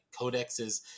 codexes